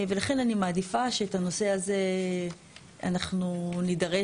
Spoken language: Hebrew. ולכן אני מעדיפה שאת הנושא הזה אנחנו נידרש,